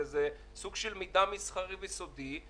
זה סוג של מידע מסחרי וסודי,